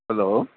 hello